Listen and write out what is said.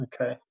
Okay